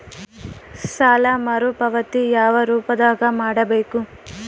ಸಾಲ ಮರುಪಾವತಿ ಯಾವ ರೂಪದಾಗ ಮಾಡಬೇಕು?